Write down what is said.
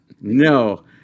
No